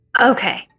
Okay